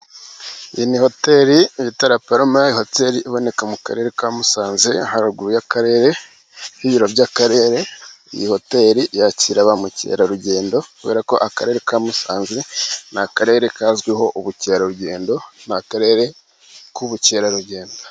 Iyi ni hoteri bita Raparuma Hoteri iboneka mu karere ka Musanze haruguru y'akarere n'ibiro by'akarere, iyi hotel yakira ba mukerarugendo, kubera ko akarere ka musanze ni akarere kazwiho ubukerarugendo, ni akarere k'ubukerarugendo.